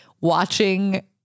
watching